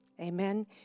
Amen